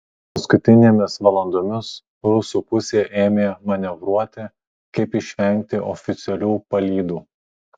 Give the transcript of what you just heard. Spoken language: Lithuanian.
paskutinėmis valandomis rusų pusė ėmė manevruoti kaip išvengti oficialių palydų